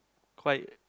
quite